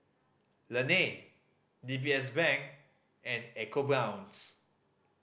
Laneige D B S Bank and ecoBrown's